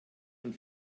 von